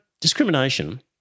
discrimination